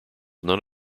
none